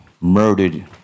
murdered